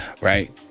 right